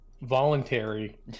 voluntary